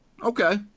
Okay